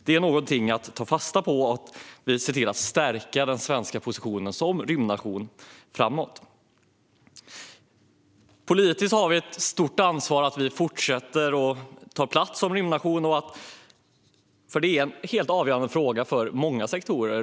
Det är något att ta fasta på för att stärka Sveriges position som rymdnation framöver. Politiskt har vi ett stort ansvar att fortsätta ta plats som rymdnation, för det är en helt avgörande fråga för många sektorer.